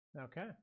Okay